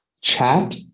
chat